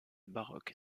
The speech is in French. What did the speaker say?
baroque